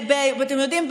אתם יודעים,